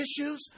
issues